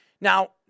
Now